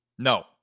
No